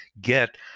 get